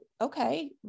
okay